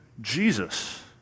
Jesus